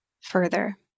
further